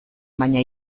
baina